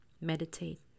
meditate